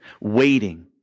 waiting